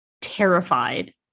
terrified